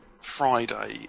Friday